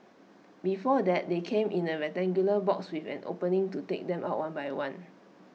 before that they came in A rectangular box with an opening to take them out one by one